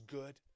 good